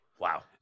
Wow